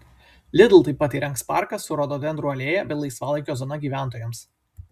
lidl taip pat įrengs parką su rododendrų alėja bei laisvalaikio zona gyventojams